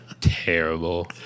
terrible